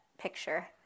picture